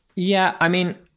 yeah, i mean,